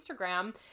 Instagram